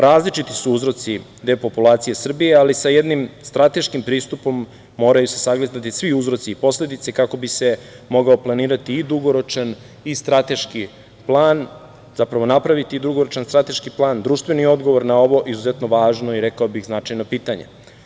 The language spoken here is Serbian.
Različiti su uzroci depopulacije Srbije, ali sa jednim strateškim pristupom moraju se sagledati svi uzroci i posledice kako bi se mogao planirati i dugoročan i strateški plan, zapravo, napraviti dugoročan strateški plan, društveni odgovor na ovo izuzetno važno i rekao bih značajno pitanje.